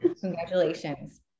Congratulations